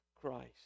Christ